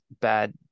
bad